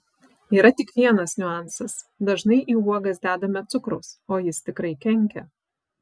yra tik vienas niuansas dažnai į uogas dedame cukraus o jis tikrai kenkia